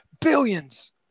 Billions